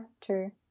true